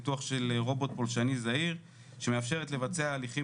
ניתוח של רובוט פולשני זעיר שמאפשרת לבצע הליכים